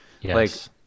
Yes